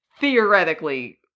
theoretically